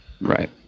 Right